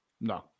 No